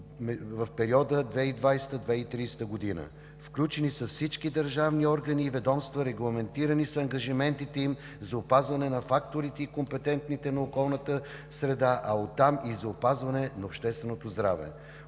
в периода 2020 – 2030 г. Включени са всички държавни органи и ведомства, регламентирани са ангажиментите им за опазване на факторите и компонентите на околната среда, а оттам и за опазване на общественото здраве.